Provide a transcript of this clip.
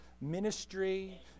ministry